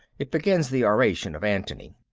it begins the oration of antony.